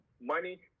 money